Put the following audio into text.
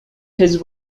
his